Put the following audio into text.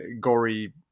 gory